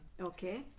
Okay